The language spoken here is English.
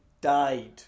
died